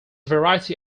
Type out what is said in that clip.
variety